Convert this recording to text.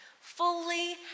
fully